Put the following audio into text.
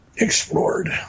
explored